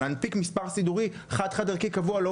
להנפיק מספר סידורי חד-חד ערכי קבוע ולא